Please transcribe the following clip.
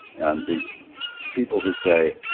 and the people who say,